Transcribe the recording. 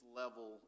level